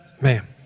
man